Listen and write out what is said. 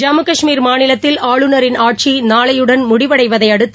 ஜம்மு கஷ்மீர் மாநிலத்தில் ஆளுநரின் ஆட்சி நாளையுடன் முடிவடைவதையடுத்து